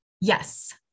Yes